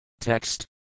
Text